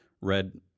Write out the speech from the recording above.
read